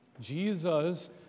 Jesus